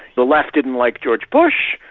the left didn't like george bush,